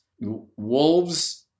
Wolves